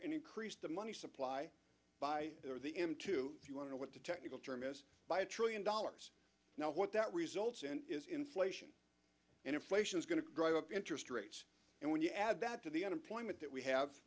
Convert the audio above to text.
and increased the money supply by the him to if you want to know what the technical term is by a trillion dollars now what that results in is inflation and inflation is going to drive up interest rates and when you add that to the unemployment that we have